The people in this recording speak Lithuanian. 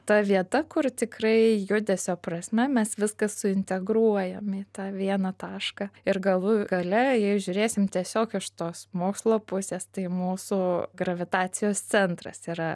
ta vieta kur tikrai judesio prasme mes viską suintegruojam į tą vieną tašką ir galų gale jei žiūrėsim tiesiog iš tos mokslo pusės tai mūsų gravitacijos centras yra